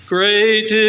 Great